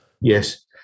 Yes